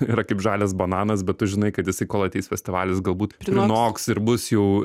yra kaip žalias bananas bet tu žinai kad jisai kol ateis festivalis galbūt prinoks ir bus jau